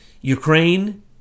Ukraine